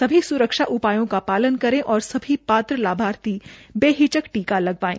सभी सुरक्षा उपायों का पालन करें और सभी पात्र लाभार्थी बेहिचक टीका लगवाएं